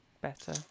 better